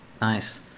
nice